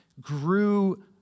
grew